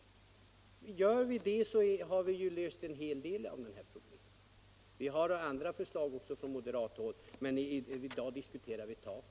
Gör vi det så har vi löst en hel del av problemen. Det finns också andra förslag från moderat håll, men i dag diskuterar vi taket.